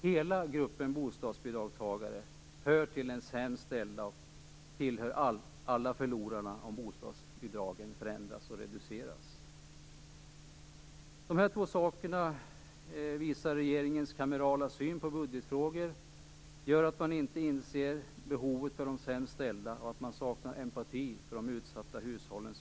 Hela gruppen bostadsbidragstagare hör till de sämst ställda. Alla tillhör förlorarna om bostadsbidragen förändras och reduceras. De här två sakerna visar regeringens kamerala syn på budgetfrågor, visar att man inte inser behovet för de sämst ställda och att man saknar empati för de utsatta hushållen.